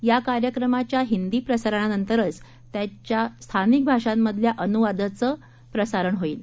या कार्यक्रमाच्या हिंदी प्रसारणानंतरच त्याच्या स्थानिक भाषांमधल्या अनुवादानाचं प्रसारण होईल